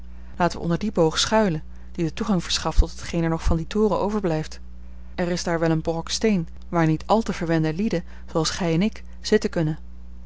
wij onder dien boog schuilen die den toegang verschaft tot hetgeen er nog van dien toren overblijft er is daar wel een brok steen waar niet al te verwende lieden zooals gij en ik zitten kunnen